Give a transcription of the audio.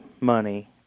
money